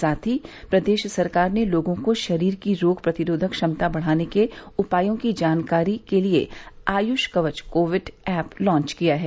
साथ ही प्रदेश सरकार ने लोगों को शरीर की रोग प्रतिरोधक क्षमता बढ़ाने के उपायों की जानकारी देने के लिए Ayush Kavach Covid app launch किया है